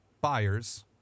buyers